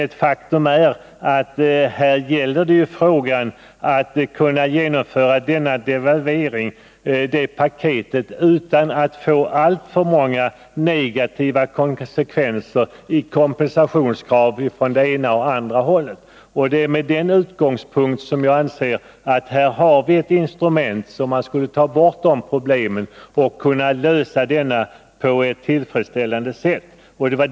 Ett faktum är emellertid att det gäller att kunna genomföra devalveringspaketet utan att det blir alltför många negativa konsekvenser i form av kompensationskrav från det ena eller det andra hållet. Här menar jag att vi har ett instrument med vilket vi kan lösa problemen på ett tillfredsställande sätt.